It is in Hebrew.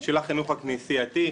של החינוך הכנסייתי,